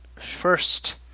first